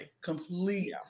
Complete